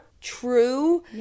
true